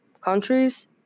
countries